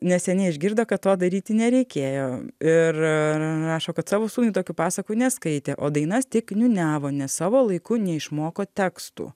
neseniai išgirdo kad to daryti nereikėjo ir rašo kad savo sūnui tokių pasakų neskaitė o dainas tik niūniavo nes savo laiku neišmoko tekstų